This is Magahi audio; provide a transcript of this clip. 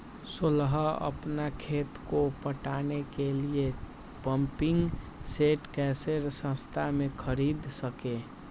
सोलह अपना खेत को पटाने के लिए पम्पिंग सेट कैसे सस्ता मे खरीद सके?